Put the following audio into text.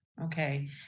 Okay